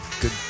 good